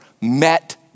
met